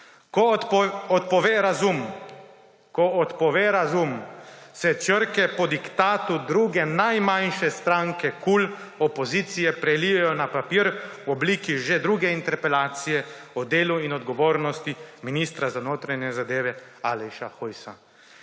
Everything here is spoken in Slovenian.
Ko odpove razum, se črke po diktatu druge najmanjše stranke KUL opozicije prelijejo na papir v obliki že druge interpelacije o delu in odgovornosti ministra za notranje zadeve Aleša Hojsa.